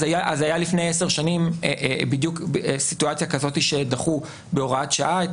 אז הייתה לפני עשר שנים בדיוק סיטואציה כזאת שדחו בהוראת שעה את